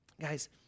Guys